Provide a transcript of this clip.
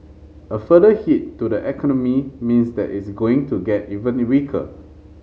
a further hit to the economy means that it's going to get even weaker